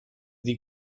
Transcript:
die